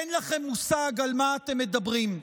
אין לכם מושג על מה אתם מדברים.